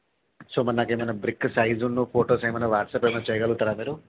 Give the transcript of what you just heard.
so మరి నాకు ఏమైన బ్రిక్ సైజూను ఫోటోస్ ఏమైన వాట్సాప్ ఏమైన చేయగలుగుతారా మీరు